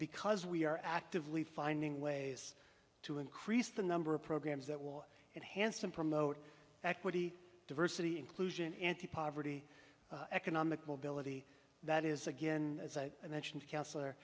because we are actively finding ways to increase the number of programs that will and handsome promote equity diversity inclusion antipoverty economic mobility that is again as i mentioned councilor